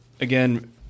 again